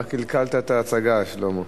רק קלקלת את ההצגה, שלמה.